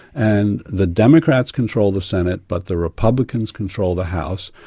and the democrats control the senate but the republicans control the house.